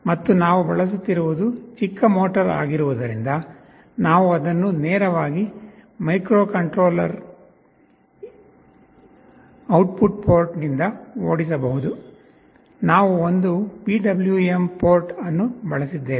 ಮತ್ತು ನಾವು ಬಳಸುತ್ತಿರುವುದು ಚಿಕ್ಕ ಮೋಟರ್ ಆಗಿರುವುದರಿಂದ ನಾವು ಅದನ್ನು ನೇರವಾಗಿ ಮೈಕ್ರೊಕಂಟ್ರೋಲರ್ ಔಟ್ಪುಟ್ ಪೋರ್ಟ್ನಿಂದ ಓಡಿಸಬಹುದು ನಾವು ಒಂದು ಪಿಡಬ್ಲ್ಯೂಎಂ ಪೋರ್ಟ್ ಅನ್ನು ಬಳಸಿದ್ದೇವೆ